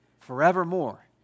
Forevermore